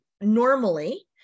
normally